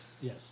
Yes